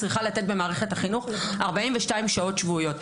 צריכה לתת כ-42 שעות שבועיות,